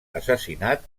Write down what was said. assassinat